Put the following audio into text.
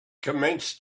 commenced